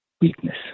weakness